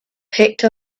picked